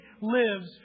lives